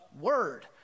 Word